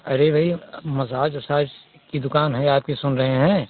अरे भई मसाज उसाज का दुकान है आपकी सुन रहे हैं